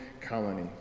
colony